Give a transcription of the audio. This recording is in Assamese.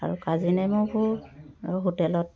আৰু কাজি নেমুবোৰ হোটেলত